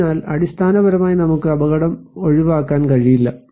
അതിനാൽ അടിസ്ഥാനപരമായി നമുക്ക് അപകടം ഒഴിവാക്കാൻ കഴിയില്ല